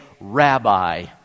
rabbi